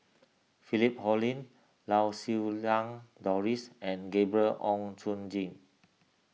Philip Hoalim Lau Siew Lang Doris and Gabriel Oon Chong Jin